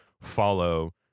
follow